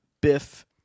Biff